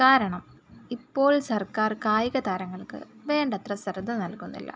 കാരണം ഇപ്പോൾ സർക്കാർ കായിക താരങ്ങൾക്ക് വേണ്ടത്ര ശ്രദ്ധ നൽകുന്നില്ല